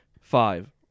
Five